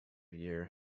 year